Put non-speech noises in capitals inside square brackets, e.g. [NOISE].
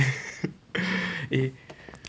[LAUGHS] eh